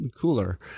cooler